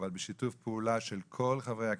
אבל בשיתוף פעולה שלכל חברי הכנסת,